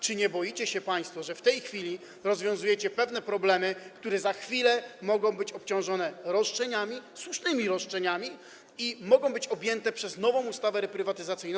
Czy nie boicie się państwo, że w tej chwili rozwiązujecie pewne problemy, które za chwilę mogą być obciążone roszczeniami, słusznymi roszczeniami, i mogą być objęte przez nową ustawę reprywatyzacyjną?